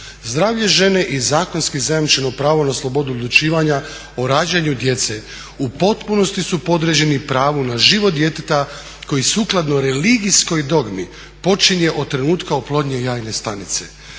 Zdravlje žene i zakonski zajamčeno pravo na slobodu odlučivanja o rađanju u potpunosti su podređeni pravu na život djeteta koji sukladno religijskoj dogmi počinje od trenutka oplodnje jajne stanice.